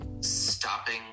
stopping